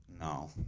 No